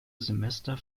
semester